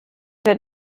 wird